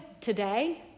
today